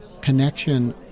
connection